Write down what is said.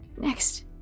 Next